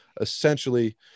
essentially